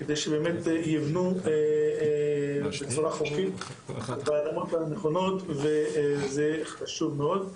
כדי שבאמת ייבנו בצורה חוקית באדמות הנכונות וזה חשוב מאוד.